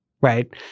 right